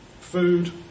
food